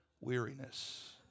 weariness